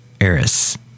Eris